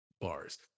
bars